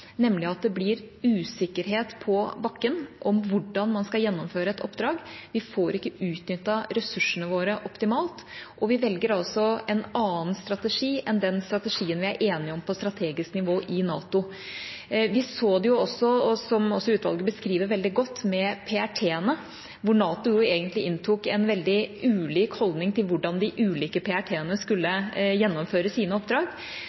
nemlig at det blir usikkerhet på bakken om hvordan man skal gjennomføre et oppdrag, vi får ikke utnyttet ressursene våre optimalt, og vi velger altså en annen strategi enn den strategien vi er enige om på strategisk nivå i NATO. Vi så det med PRT-ene – som utvalget beskriver veldig godt – hvor NATO egentlig inntok en veldig ulik holdning til hvordan de ulike PRT-ene skulle gjennomføre sine oppdrag.